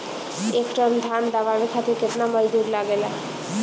एक टन धान दवावे खातीर केतना मजदुर लागेला?